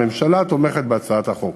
הממשלה תומכת בהצעת החוק.